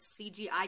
CGI